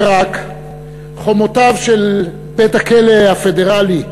ורק חומותיו של בית-הכלא הפדרלי,